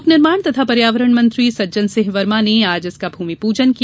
लोक निर्माण तथा पर्यावरण मंत्री सज्जनसिंह वर्मा ने आज इसका भूमि पूजन किया